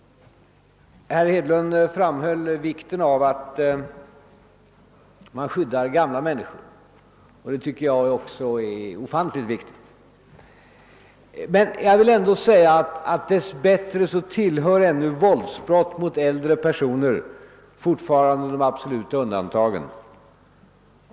Herr Hedlund framhöll vikten av att man skyddar gamla människor, och även jag tycker att detta är ofantligt viktigt. Jag vill ändå säga att våldsbrotten mot äldre personer dess bättre fortfarande tillhör de absoluta undantagen.